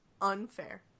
Unfair